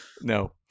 no